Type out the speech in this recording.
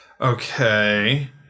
Okay